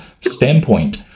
standpoint